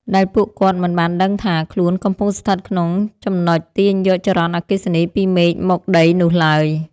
ដែលពួកគាត់មិនបានដឹងថាខ្លួនកំពុងស្ថិតក្នុងចំណុចទាញយកចរន្តអគ្គិសនីពីមេឃមកដីនោះឡើយ។